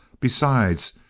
besides,